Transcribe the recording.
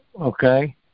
okay